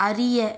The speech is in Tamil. அறிய